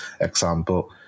Example